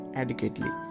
adequately